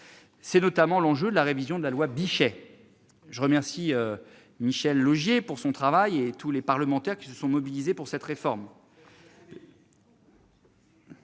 est notamment l'enjeu de la révision de la loi Bichet. À cet égard, je remercie Michel Laugier de son travail, ainsi que tous les parlementaires qui se sont mobilisés pour cette réforme.